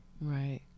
Right